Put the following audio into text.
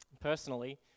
Personally